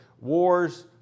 wars